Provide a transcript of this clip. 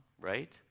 right